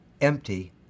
empty